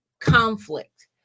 conflict